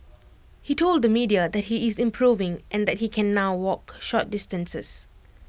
he told the media that he is improving and that he can now walk short distances